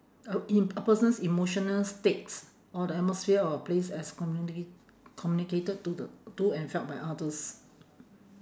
uh in a person's emotional states or the atmosphere of a place as communi~ communicated to the to and felt by others